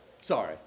Sorry